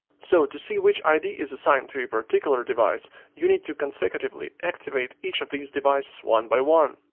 so to see which id is assigned to a particular device you need to consecutively activate each of these devices one by one.